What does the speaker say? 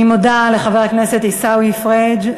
אני מודה לחבר הכנסת עיסאווי פריג'.